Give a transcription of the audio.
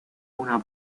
una